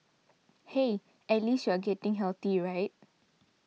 hey at least you are getting healthy right